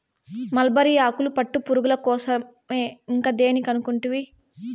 mulberry ఆకులు పట్టుపురుగుల కోసరమే ఇంకా దేని కనుకుంటివి